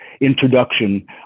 introduction